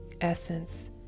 essence